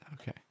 Okay